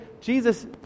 Jesus